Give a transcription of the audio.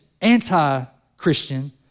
anti-Christian